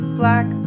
black